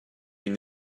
une